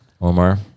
Omar